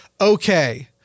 okay